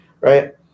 Right